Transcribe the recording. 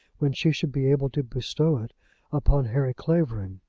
when she should be able to bestow it upon harry clavering.